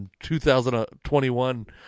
2021